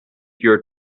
your